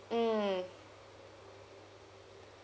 mm